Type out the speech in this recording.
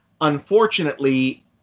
unfortunately